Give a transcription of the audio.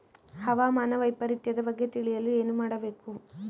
ಹವಾಮಾನ ವೈಪರಿತ್ಯದ ಬಗ್ಗೆ ತಿಳಿಯಲು ಏನು ಮಾಡಬೇಕು?